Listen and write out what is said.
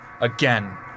again